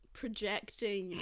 projecting